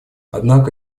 однако